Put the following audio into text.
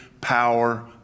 power